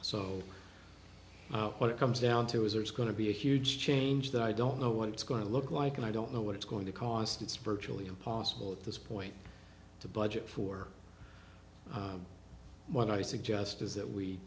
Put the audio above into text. so what it comes down to is there's going to be a huge change that i don't know what it's going to look like and i don't know what it's going to cost it's virtually impossible at this point to budget for what i suggest is that we